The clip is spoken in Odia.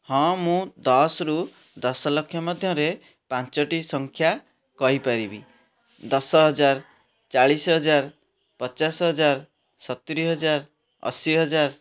ହଁ ମୁଁ ଦଶରୁ ଦଶ ଲକ୍ଷ ମଧ୍ୟରେ ପାଞ୍ଚଟି ସଂଖ୍ୟା କହିପାରିବି ଦଶ ହଜାର ଚାଳିଶି ହଜାର ପଚାଶ ହଜାର ସତୁରି ହଜାର ଅଶୀ ହଜାର